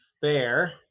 Fair